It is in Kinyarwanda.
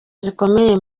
zikomeye